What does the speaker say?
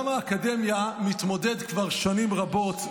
עולם האקדמיה מתמודד כבר שנים רבות,